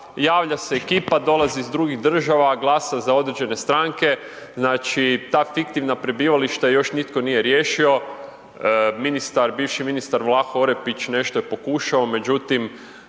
javlja se ekipa, dolazi iz drugih država, glasa za određene stranke, znači, ta fiktivna prebivališta još nitko nije riješio, bivši ministar Vlaho Orepić nešto je pokušao, međutim,